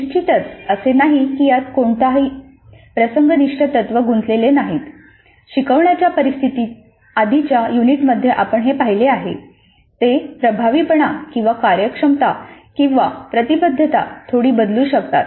निश्चितच असे नाही की यात कोणतीही प्रसंगनिष्ठ तत्वे गुंतलेले नाहीत ते प्रभावीपणा किंवा कार्यक्षमता किंवा प्रतिबद्धता थोडी बदलू शकतात